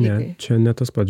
ne čia ne tas pats